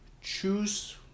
choose